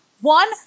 One